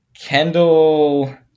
Kendall